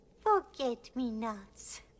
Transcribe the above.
forget-me-nots